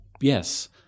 yes